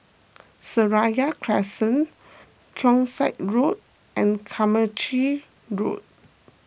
Seraya Crescent Keong Saik Road and Carmichael Road